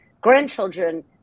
grandchildren